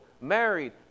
married